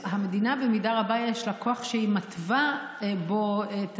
למדינה במידה רבה יש כוח שהיא מתווה בו את